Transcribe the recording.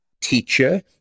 teacher